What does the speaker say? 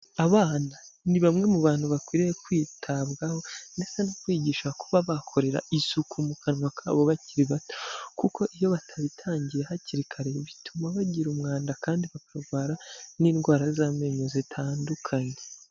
Abana ni bamwe mu bantu bakwiriye kwitabwaho ndetse no kwigisha kuba bakorera isuku mu kanwa kabo bakiri bato, kuko iyo batabitangiye hakiri kare bituma bagira umwanda kandi bakarwara n'indwara z'amenyo zitandukanye.